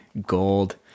gold